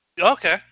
Okay